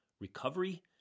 recovery